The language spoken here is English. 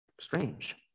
strange